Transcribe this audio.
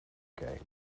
game